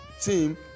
team